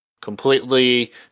Completely